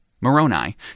moroni